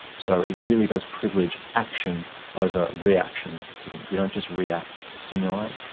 so it really does privilege action over reaction to things we don't just react to stimuli,